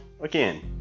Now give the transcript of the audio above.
again